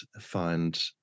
find